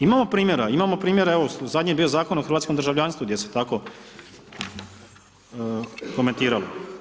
Imamo primjera, imamo primjera, evo, zadnje je bio Zakon o hrvatskom državljanstvu gdje se tako komentiralo.